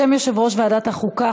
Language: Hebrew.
בשם יושב-ראש ועדת החוקה,